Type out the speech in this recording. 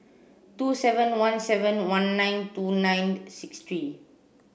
two seven one seven one nine two nine six three